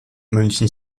münchen